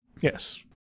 Yes